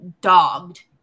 dogged